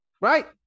Right